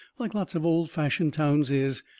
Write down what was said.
like lots of old-fashioned towns is,